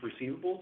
receivables